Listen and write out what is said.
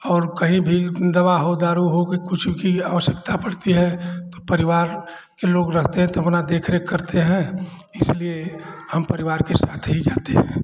और कहीं भी दवा हो दारू हो कोई कुछ भी आवश्यकता पड़ती है तो परिवार के लोग रहते हैं तो अपना देख रेख करते हैं इसलिए हम परिवार के साथ ही जाते हैं